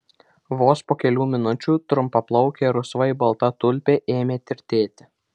vos po kelių minučių trumpaplaukė rusvai balta tulpė ėmė tirtėti